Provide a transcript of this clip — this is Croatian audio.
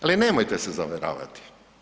Ali, nemojte se zavaravati.